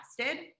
tested